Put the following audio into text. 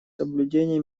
соблюдения